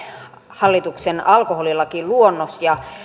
hallituksen alkoholilakiluonnos ja